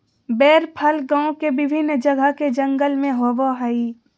बेर फल गांव के विभिन्न जगह के जंगल में होबो हइ